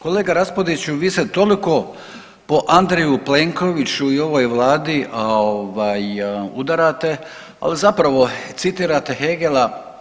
Kolega Raspudiću vi ste toliko po Andreju Plenkoviću i ovoj Vladi udarate, a zapravo citirate Hegela.